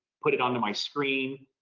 put it onto my screen,